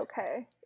okay